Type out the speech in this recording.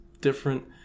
different